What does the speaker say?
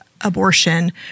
abortion